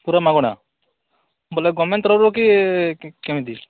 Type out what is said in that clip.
ପୁରା ମାଗଣା ବୋଲେ ଗମେଣ୍ଟ୍ ତରଫରୁ କି କେମିତି